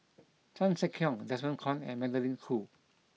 Chan Sek Keong Desmond Kon and Magdalene Khoo